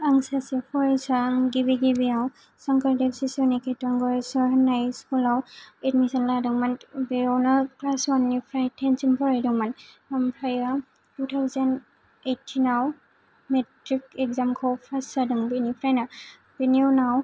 आं सासे फरायसा आं गिबि गिबियाव संकरदेब सिसु निकितन गरेस्वर होन्नाय स्कुलाव एडमिशन लादोंमोन बेयावनो क्लास वाननिफ्राय टेनसिम फरायदोंमोन आमफ्रायो टु थावजेन ओइटिनाव मेट्रिक एग्जामखौ पास जादों बेनिफ्रायनो बेनि उनाव